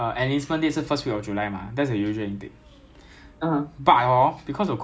not fair right not fair right ya